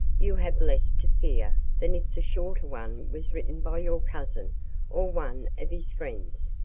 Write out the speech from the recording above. you have less to fear than if the shorter one was written by your cousin or one of his friends.